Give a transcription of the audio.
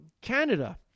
Canada